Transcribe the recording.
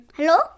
Hello